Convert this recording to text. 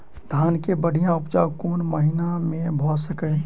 धान केँ बढ़िया उपजाउ कोण महीना मे भऽ सकैय?